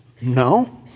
No